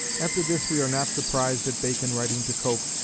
after this we are not surprised at bacon writing to coke,